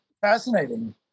fascinating